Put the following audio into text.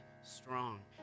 Strong